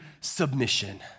submission